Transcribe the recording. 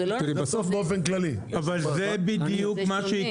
זה בדיוק מה שיקרה.